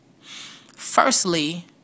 Firstly